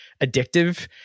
addictive